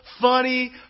funny